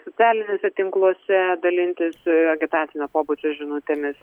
socialiniuose tinkluose dalintis agitacinio pobūdžio žinutėmis